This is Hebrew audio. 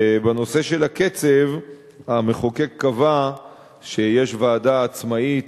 בנושא של הקצב המחוקק קבע שיש ועדה עצמאית